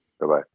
Bye-bye